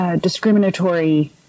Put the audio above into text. discriminatory